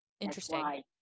Interesting